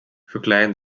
verkleinen